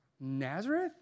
Nazareth